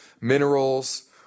minerals